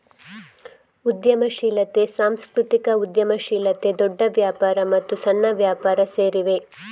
ಉದ್ಯಮಶೀಲತೆ, ಸಾಂಸ್ಕೃತಿಕ ಉದ್ಯಮಶೀಲತೆ, ದೊಡ್ಡ ವ್ಯಾಪಾರ ಮತ್ತು ಸಣ್ಣ ವ್ಯಾಪಾರ ಸೇರಿವೆ